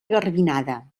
garbinada